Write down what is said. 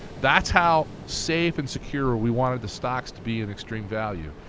that's how safe and secure we wanted the stocks to be in extreme value,